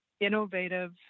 innovative